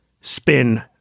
spin